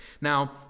Now